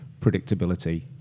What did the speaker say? predictability